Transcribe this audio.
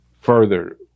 further